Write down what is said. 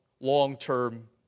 long-term